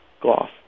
gloss